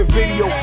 video